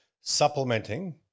supplementing